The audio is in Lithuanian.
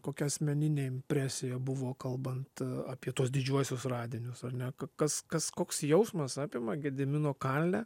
kokia asmeninė impresija buvo kalbant apie tuos didžiuosius radinius ar ne kas kas koks jausmas apima gedimino kalne